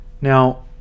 Now